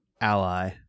ally